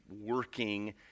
working